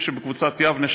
שבקבוצת יבנה,